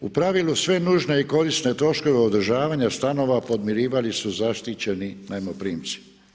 U pravilu sve nužne i korisne troškove održavanja stanova podmirivali su zaštićeni najmoprimci.